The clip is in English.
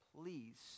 please